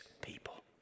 people